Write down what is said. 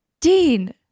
Dean